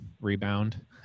rebound